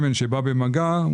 שמן שבא במגע,